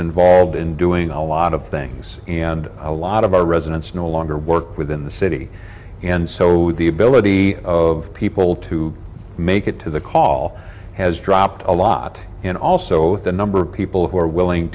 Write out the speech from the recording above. involved in doing a lot of things and a lot of our residents no longer work within the city and so the ability of people to make it to the call has dropped a lot and also the number of people who are willing